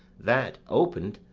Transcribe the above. that, open'd,